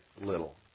little